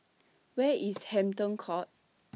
Where IS Hampton Court